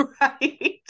right